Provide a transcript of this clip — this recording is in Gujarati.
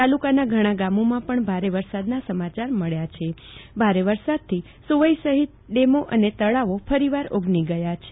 તાલુકાના ઘણા ગામોમાં પણ ભારે વરસાદના સમાચાર મળ્યા છે ભારે વરસાદથી સુવઇ સહિત અનેક ડેમો અને તળાવો ફરીવાર ઓગની ગયા હતા